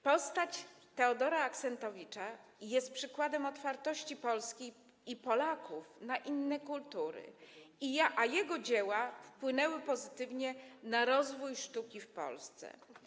Postać Teodora Axentowicza jest przykładem otwartości Polski i Polaków na inne kultury, a jego dzieła wpłynęły pozytywnie na rozwój sztuki w Polsce.